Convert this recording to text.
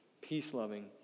Peace-loving